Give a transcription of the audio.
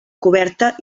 coberta